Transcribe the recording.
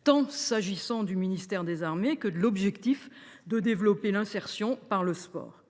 par des actions concrètes, de même que l’objectif de développer l’insertion par le sport.